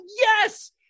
Yes